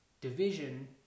division